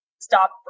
stop